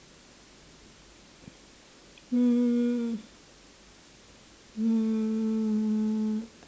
mm